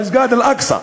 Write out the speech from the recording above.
למסגד אל-אקצא.